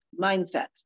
Mindset